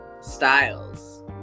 styles